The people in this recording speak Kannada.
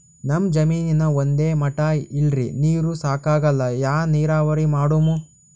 ನಮ್ ಜಮೀನ ಒಂದೇ ಮಟಾ ಇಲ್ರಿ, ನೀರೂ ಸಾಕಾಗಲ್ಲ, ಯಾ ನೀರಾವರಿ ಮಾಡಮು?